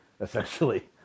essentially